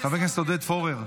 חבר הכנסת עודד פורר,